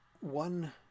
one